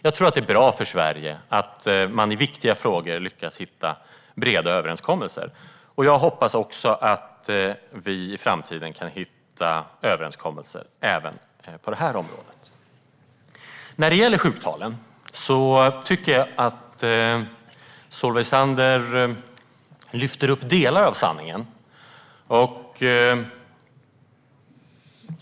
Jag tror att det är bra för Sverige att man i viktiga frågor lyckas hitta breda överenskommelser. Jag hoppas att vi i framtiden kan hitta överenskommelser även på det här området. När det gäller sjuktalen tycker jag att Solveig Zander lyfter upp delar av sanningen.